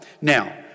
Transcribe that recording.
Now